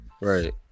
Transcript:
Right